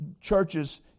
churches